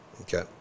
Okay